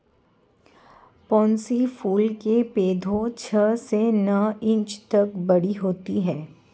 pansy फूल के पौधे छह से नौ इंच तक बड़े होते हैं